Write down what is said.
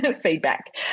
feedback